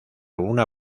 una